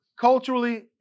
culturally